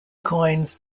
coins